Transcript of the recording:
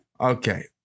Okay